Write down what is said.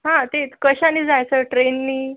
हा तेच कशाने जायचं ट्रेननी